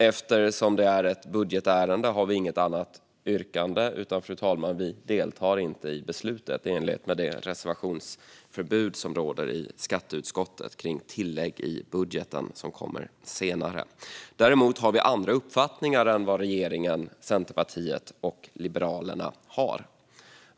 Eftersom det är ett budgetärende har vi inget annat yrkande utan deltar inte i beslutet, i enlighet med det reservationsförbud som råder i skatteutskottet för tillägg i budgeten som kommer senare. Däremot har vi andra uppfattningar än vad regeringen, Centerpartiet och Liberalerna har.